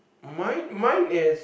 mine mine is